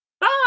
Bye